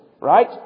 Right